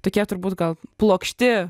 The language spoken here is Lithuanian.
tokie turbūt gal plokšti